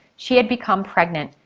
she had become pregnant.